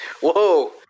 whoa